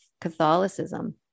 Catholicism